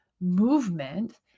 movement